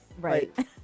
Right